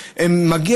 לא צריכים להתרוצץ,